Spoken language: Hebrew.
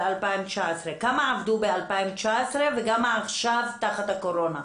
2019. כמה עבדו ב-2019 וכמה עכשיו תחת הקורונה?